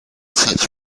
such